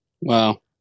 Wow